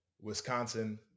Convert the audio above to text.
Wisconsin